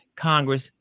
Congress